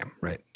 right